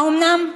האומנם?